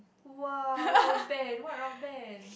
!wow! rock band what rock band